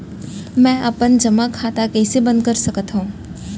मै अपन जेमा खाता कइसे बन्द कर सकत हओं?